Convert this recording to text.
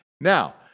Now